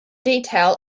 detail